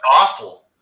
awful